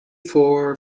four